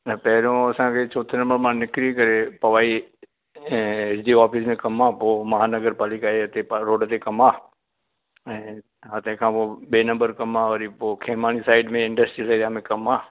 न पहिरों असांखे छो तेरे मां निकिरी करे पवई ऐं एल जी ऑफ़िस में कमु आहे पोइ महानगर पढ़ी करे हिते रोड ते कमु आहे ऐं तंहिंखां पोइ ॿिए नंबर कमु आहे वरी पोइ खेमानी साइड में इंडस्ट्रियल एरिया में कमु आहे